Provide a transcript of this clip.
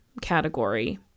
category